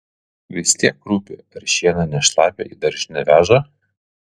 vis tiek rūpi ar šieną ne šlapią į daržinę veža